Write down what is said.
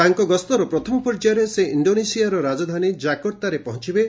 ତାଙ୍କର ଗସ୍ତର ପ୍ରଥମ ପର୍ଯ୍ୟାୟରେ ସେ ଇଣ୍ଡୋନେସିଆର ରାଜଧାନୀ ଜାକର୍ତ୍ତାରେ ପହଞ୍ଚିବେ